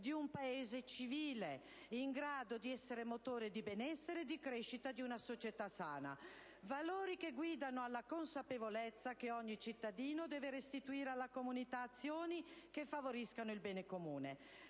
di un Paese civile, in grado di essere motore di benessere e di crescita di una società sana; valori che guidano alla consapevolezza che ogni cittadino deve restituire alla comunità azioni che favoriscano il bene comune;